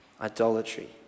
idolatry